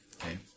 Okay